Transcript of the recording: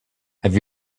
have